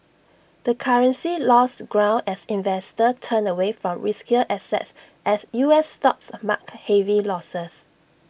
the currency lost ground as investors turned away from riskier assets as U S stocks marked heavy losses